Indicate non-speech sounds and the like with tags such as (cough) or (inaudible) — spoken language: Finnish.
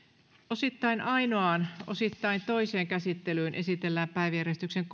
osittain ainoaan osittain toiseen käsittelyyn esitellään päiväjärjestyksen (unintelligible)